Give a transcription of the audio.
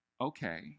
okay